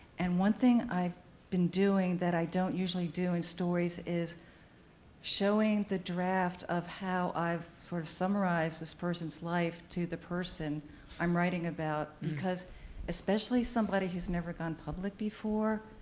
and one thing i've been doing, that i don't usually do in stories, is showing the draft of how i've sort of summarized this person's life to the person i'm writing about because especially somebody who's never gone public before.